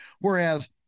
whereas